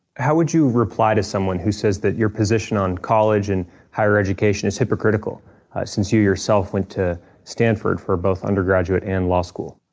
how would you reply to someone who says that your position on college and higher education is hypocritical since you, yourself, went to stanford for both undergraduate and law school?